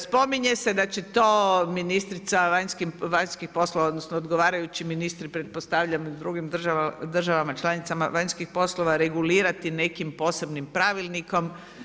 Spominje se da će to ministrica vanjskih poslova odnosno odgovarajući ministri, pretpostavljam u drugim državama članicama vanjskih poslova regulirati nekim posebnim pravilnikom.